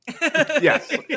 Yes